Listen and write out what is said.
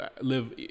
live